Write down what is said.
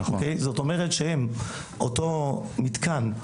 זאת אומרת שאם אותו מתקן,